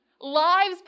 lives